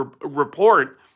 report